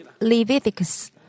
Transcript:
Leviticus